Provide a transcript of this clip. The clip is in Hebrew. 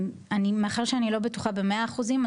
מאחר שאני לא בטוחה במאה אחוזים,